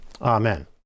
Amen